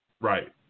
right